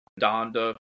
Donda